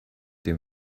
dem